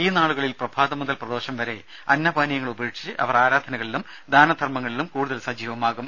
ഈ നാളുകളിൽ പ്രഭാതം മുതൽ പ്രദോഷം വരെ അന്നപാനീയങ്ങൾ ഉപേക്ഷിച്ച് അവർ ആരാധനകളിലും ദാനദർമങ്ങളിലും കൂടുതൽ സജീവമാകും